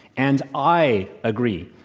and i agree.